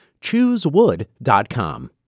Choosewood.com